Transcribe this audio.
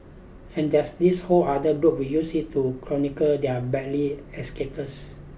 and there's this whole other group we use it to chronicle their badly escapades